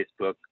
Facebook